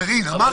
קארין, אמרתי.